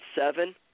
seven